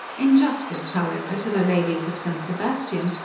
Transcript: in justice, however, to the ladies of st. sebastian,